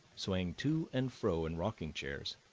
swaying to and fro in rocking chairs,